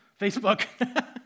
Facebook